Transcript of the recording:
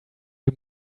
you